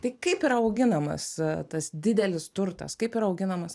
tai kaip yra auginamas tas didelis turtas kaip yra auginamas